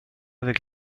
avec